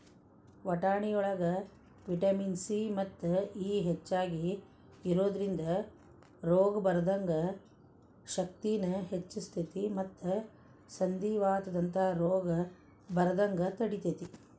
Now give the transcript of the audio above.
ವಟಾಣಿಯೊಳಗ vitamin C ಮತ್ತು E ಹೆಚ್ಚಾಗಿ ಇರೋದ್ರಿಂದ ರೋಗ ಬರದಂಗ ಶಕ್ತಿನ ಹೆಚ್ಚಸ್ತೇತಿ ಮತ್ತ ಸಂಧಿವಾತದಂತ ರೋಗ ಬರದಂಗ ತಡಿತೇತಿ